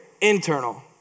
internal